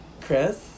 Chris